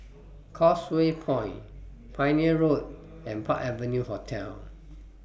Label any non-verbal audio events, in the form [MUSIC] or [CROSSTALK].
[NOISE] Causeway Point Pioneer Road and Park Avenue Hotel